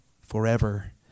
forever